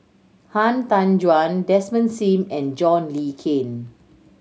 Han Tan Juan Desmond Sim and John Le Cain